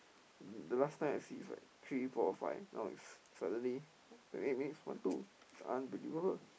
the last time I see is like three four five now is suddenly twenty eight minutes one two it's unbelievable